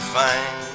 fine